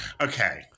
Okay